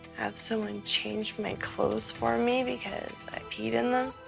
have someone change my clothes for me because i peed in them.